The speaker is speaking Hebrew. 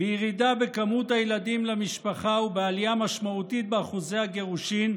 בירידה במספר הילדים למשפחה ובעלייה משמעותית באחוזי הגירושים,